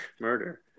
Murder